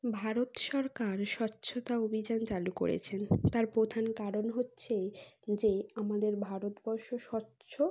ভারত সরকার স্বচ্ছতা অভিযান চালু করেছেন তার প্রধান কারণ হচ্ছে যে আমাদের ভারতবর্ষ স্বচ্ছ